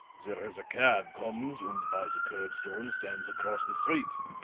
there is a cab comes und by the curbstone stands across the street.